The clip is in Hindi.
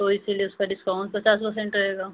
तो इसीलिए उसका डिस्काउंट पचास परसेंट रहेगा